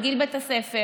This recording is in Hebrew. בגיל בית הספר,